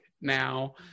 now